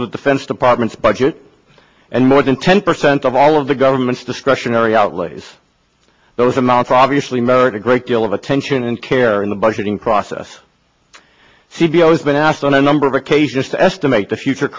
of the defense department's budget and more than ten percent of all of the government's discretionary outlays those amounts obviously merit a great deal of attention and care in the budgeting process c b s has been asked on a number of occasions to estimate the future